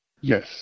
Yes